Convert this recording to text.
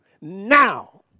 now